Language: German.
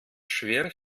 schwere